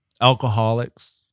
alcoholics